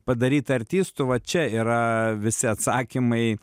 padaryt artistu va čia yra visi atsakymai